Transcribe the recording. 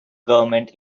government